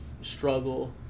struggle